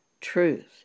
truth